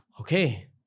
Okay